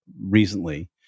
recently